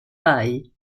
bei